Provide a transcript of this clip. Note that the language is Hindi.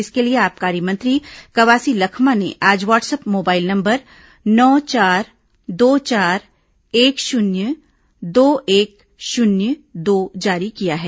इसके लिए आबकारी मंत्री कवासी लखमा ने आज व्हाट्सअप मोबाइल नंबर नौ चार दो चार एक शून्य दो एक शून्य दो जारी किया है